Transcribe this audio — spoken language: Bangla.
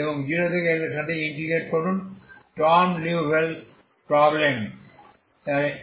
এবং 0 থেকে L এর সাথে ইন্টিগ্রেট করুন স্টর্ম লিওভিল্লে প্রব্লেম ϕψ